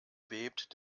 bebt